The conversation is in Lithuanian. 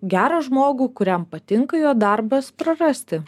gerą žmogų kuriam patinka jo darbas prarasti